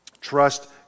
Trust